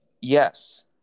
Yes